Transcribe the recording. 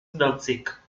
identiques